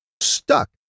stuck